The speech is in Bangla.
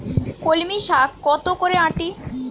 কলমি শাখ কত করে আঁটি?